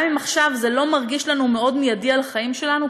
גם אם עכשיו זה לא מורגש מאוד מיידית בחיים שלנו,